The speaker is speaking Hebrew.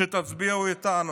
שתצביעו איתנו.